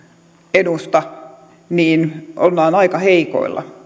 edusta niin ollaan aika heikoilla